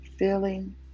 Feeling